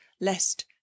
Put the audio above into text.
lest